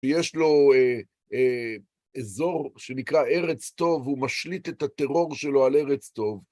שיש לו אזור שנקרא ארץ טוב, הוא משליט את הטרור שלו על ארץ טוב.